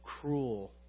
cruel